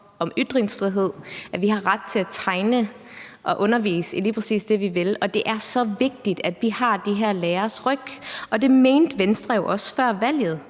om ytringsfrihed, og at vi har ret til at tegne og undervise i lige præcis det, vi vil. Og det er så vigtigt, at vi har de her læreres ryg. Det mente Venstre jo også før valget.